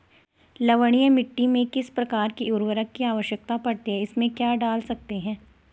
लवणीय मिट्टी में किस प्रकार के उर्वरक की आवश्यकता पड़ती है इसमें क्या डाल सकते हैं?